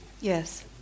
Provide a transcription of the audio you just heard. Yes